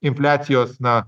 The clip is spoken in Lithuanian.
infliacijos na